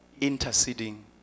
interceding